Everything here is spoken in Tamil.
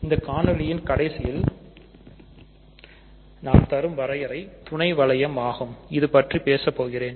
இந்த காணொளியில் கடைசியாக நான் தரும் வரையறை துணை வளையம் ஆகும் அதை பற்றி பேச போகிறேன்